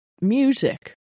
music